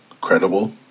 credible